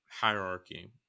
hierarchy